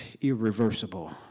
irreversible